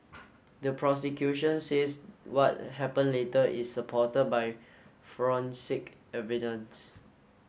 the prosecution says what happen later is supported by forensic evidence